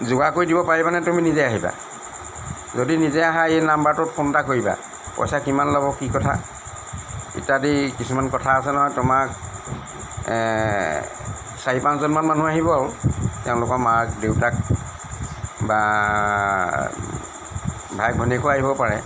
যোগাৰ কৰি দিব পাৰিবানে তুমি নিজে আহিবা যদি নিজে আহা এই নাম্বাৰটোত ফোন এটা কৰিবা পইচা কিমান ল'ব কি কথা ইত্যাদি কিছুমান কথা আছে নহয় তোমাক চাৰি পাঁচজনমান মানুহ আহিব আৰু তেওঁলোকৰ মাক দেউতাক বা ভাইক ভনীয়েকো আহিব পাৰে